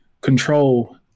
control